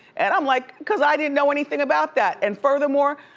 and i'm like cause i didn't know anything about that. and furthermore,